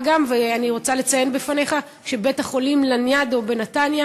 אני רוצה לציין בפניך שבית-החולים לניאדו בנתניה